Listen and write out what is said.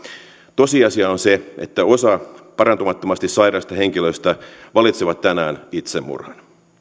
tosiasia on se että osa parantumattomasti sairaista henkilöistä valitsee tänään itsemurhan